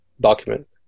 document